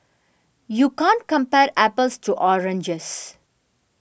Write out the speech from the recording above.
you can't compare apples to oranges